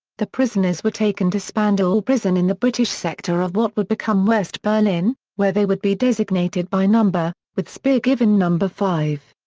the prisoners were taken to spandau um prison in the british sector of what would become west berlin, where they would be designated by number, with speer given number five.